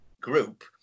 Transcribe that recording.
group